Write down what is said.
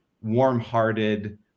warm-hearted